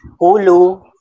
hulu